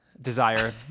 desire